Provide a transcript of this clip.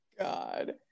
God